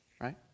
Right